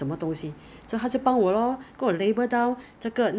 我已经很久很久 ah the never patronise